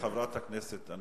רגע, חברת הכנסת אנסטסיה.